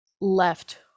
left